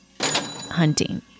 hunting